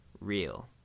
real